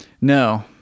No